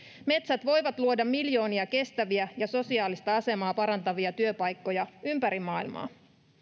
metsät voivat luoda miljoonia kestäviä ja sosiaalista asemaa parantavia työpaikkoja ympäri maailmaa